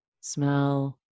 Smell